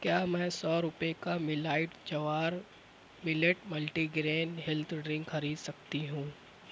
کیا میں سو روپئے کا میلائٹ جوار millet multi grain health drink خرید سکتی ہوں